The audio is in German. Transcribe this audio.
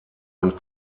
und